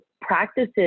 practices